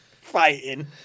fighting